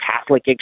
Catholic